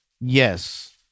yes